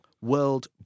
World